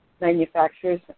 manufacturers